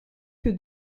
que